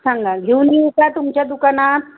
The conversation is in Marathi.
सांगा घेऊन येऊ का तुमच्या दुकानात